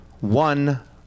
one